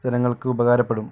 ജനങ്ങൾക്ക് ഉപകാരപ്പെടും